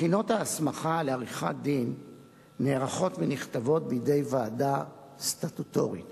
בחינות ההסמכה לעריכת-דין נערכות ונכתבות בידי ועדה סטטוטורית